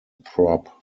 prop